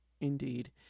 indeed